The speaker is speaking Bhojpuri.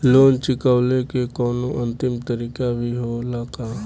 लोन चुकवले के कौनो अंतिम तारीख भी होला का?